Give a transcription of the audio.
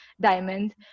diamond